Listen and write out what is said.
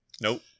nope